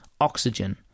oxygen